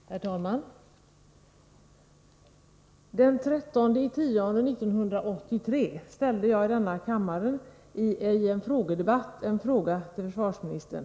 Herr talman! I en frågedebatt den 13 oktober 1983 ställde jag i denna kammare en fråga till försvarsministern.